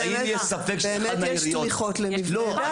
באמת יש תמיכות למבני דת.